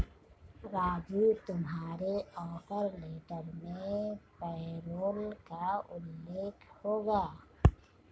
राजू तुम्हारे offer letter में payroll का उल्लेख होगा